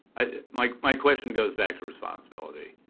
like my question goes back to responsibility.